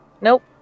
Nope